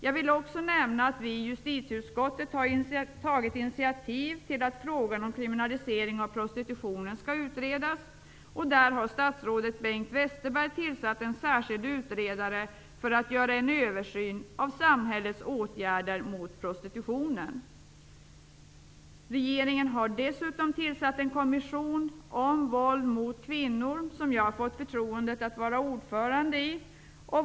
Jag vill också nämna att vi i justitieutskottet har tagit initiativ till att frågan om kriminalisering av prostitutionen skall utredas, och statsrådet Bengt Westerberg har tillsatt en särskild utredare för att göra en översyn av samhällets åtgärder mot prostitutionen. Regeringen har dessutom tillsatt en kommission om våld mot kvinnor, som jag har fått förtroendet att vara ordförande i.